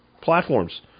platforms